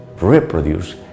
reproduce